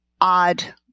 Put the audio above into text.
odd